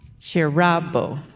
Chirabo